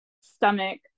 stomach